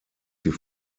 sie